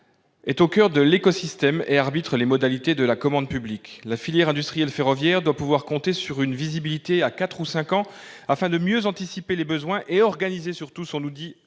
-est au coeur de l'écosystème et arbitre les modalités de la commande publique. La filière industrielle ferroviaire doit pouvoir compter sur une visibilité à quatre ou cinq ans afin de mieux anticiper les besoins et d'organiser son outil